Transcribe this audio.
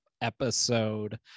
episode